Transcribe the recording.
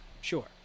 Sure